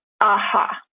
aha